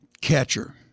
catcher